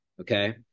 okay